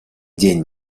день